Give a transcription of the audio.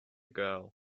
girl